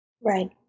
Right